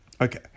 Okay